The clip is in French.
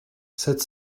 sept